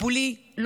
הזה לא